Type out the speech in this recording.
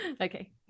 Okay